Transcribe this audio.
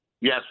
Yes